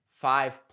five